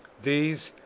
these,